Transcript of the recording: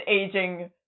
aging